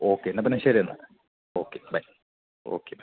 okay എന്നാൽ പിന്നെ ശരി എന്നാൽ ഓക്കേ ബൈ ഓക്കേ